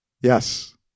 Yes